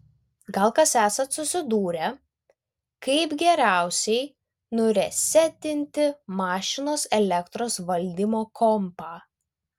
gal kas esat susidūrę kaip geriausiai nuresetinti mašinos elektros valdymo kompą